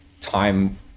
time